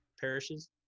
parishes